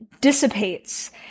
dissipates